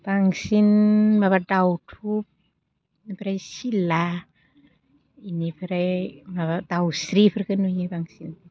बांसिन माबा दाउथु ओमफ्राय सिला इनिफ्राय माबा दाउस्रिफोरखो नुयो बांसिन